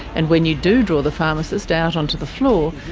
and when you do draw the pharmacist out onto the floor,